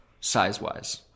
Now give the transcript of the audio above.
size-wise